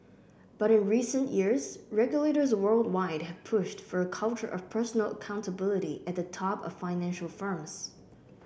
but in recent years regulators worldwide have pushed for a culture of personal accountability at the top of financial firms